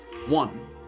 One